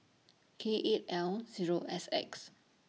K eight L Zero S X